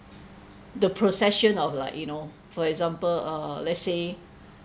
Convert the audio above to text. the possession of like you know for example uh let's say